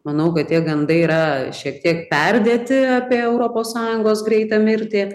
manau kad tie gandai yra šiek tiek perdėti apie europos sąjungos greitą mirtį